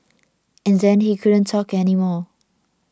and then he couldn't talk anymore